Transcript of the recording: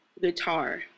Guitar